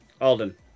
Alden